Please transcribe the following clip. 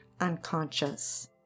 unconscious